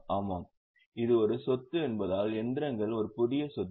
ஆமாம் இது ஒரு சொத்து என்பதால் இயந்திரங்கள் ஒரு புதிய சொத்து